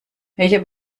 welcher